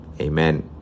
amen